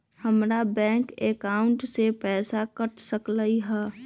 हमर bank account से पैसा कट सकलइ ह?